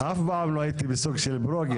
אף פעם לא הייתי בסוג של ברוגז.